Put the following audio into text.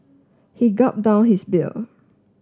he gulped down his beer